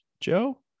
Joe